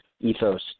ethos